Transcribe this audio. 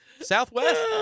Southwest